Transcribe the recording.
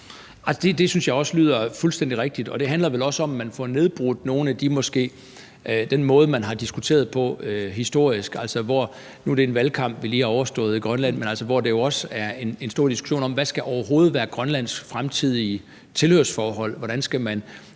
Det synes jeg også lyder fuldstændig rigtigt, og det handler vel også om, at man får nedbrudt den måde, man har diskuteret på historisk. Altså, nu har vi lige overstået en valgkamp i Grønland, men der er jo også en stor diskussion om, hvad der overhovedet skal være Grønlands fremtidige tilhørsforhold,